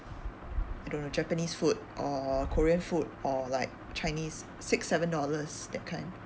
I don't know japanese food or korean food or like chinese six seven dollars that kind